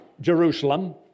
Jerusalem